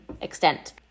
extent